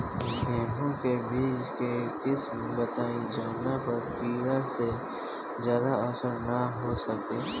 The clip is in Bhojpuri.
गेहूं के बीज के किस्म बताई जवना पर कीड़ा के ज्यादा असर न हो सके?